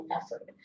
effort